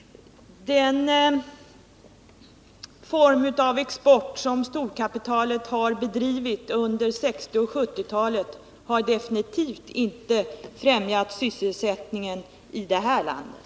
Den form av export som storkapitalet har bedrivit under 1960 och 1970-talen har definitivt inte främjat sysselsättningen i det här landet.